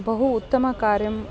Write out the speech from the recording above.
बहु उत्तमकार्यम्